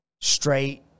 straight